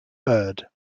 bird